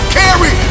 carry